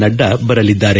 ನಡ್ಡಾ ಬರಲಿದ್ದಾರೆ